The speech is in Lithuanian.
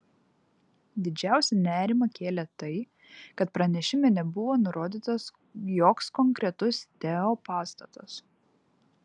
didžiausią nerimą kėlė tai kad pranešime nebuvo nurodytas joks konkretus teo pastatas